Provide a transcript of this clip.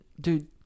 dude